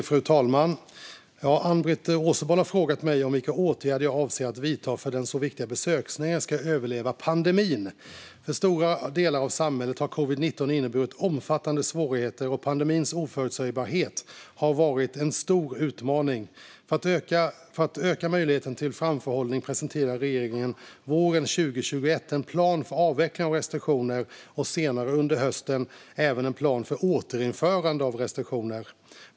Fru talman! Ann-Britt Åsebol har frågat mig vilka åtgärder jag avser att vidta för att den så viktiga besöksnäringen ska överleva pandemin. För stora delar av samhället har covid-19 inneburit omfattande svårigheter, och pandemins oförutsägbarhet har varit en stor utmaning. För att öka möjligheten till framförhållning presenterade regeringen våren 2021 en plan för avveckling av restriktioner och senare under hösten även en plan för återinförande av restriktioner.